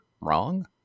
wrong